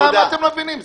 מה אתם לא מבינים?